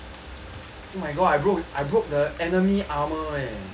oh my god I b~ I broke the enemy armour eh